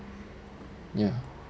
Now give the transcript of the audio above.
ya